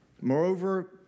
Moreover